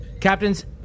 Captains